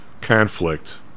conflict